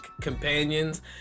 companions